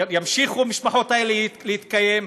ימשיכו המשפחות האלה להתקיים,